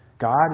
God